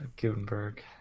gutenberg